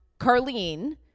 Carlene